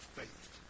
faith